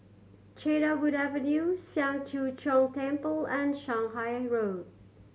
Cedarwood Avenue Siang Cho Keong Temple and Shanghai Road